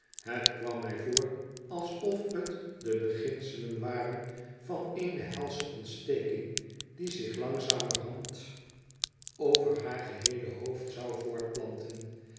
het kwam mij voor alsof t de beginselen waren van eene helsche ontsteking die zich langzamerhand over ververschingen voor vreemdelingen haar geheele hoofd zou voortplanten